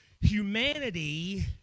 humanity